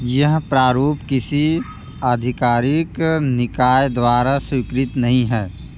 यह प्रारूप किसी आधिकारिक निकाय द्वारा स्वीकृत नहीं है